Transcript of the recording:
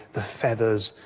the feathers,